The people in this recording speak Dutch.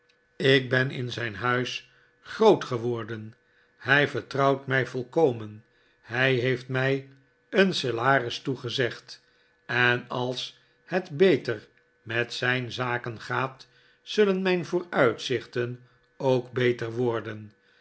ik ben in zijn huis groot geworden hij vertrouwt mij volkomen hij heeft mij een salaris toegezegd en als het beter met zijn zaken gaat zullen mijn vooruitzichten ook beter worden